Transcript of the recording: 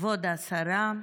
כבוד השרה,